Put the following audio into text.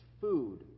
food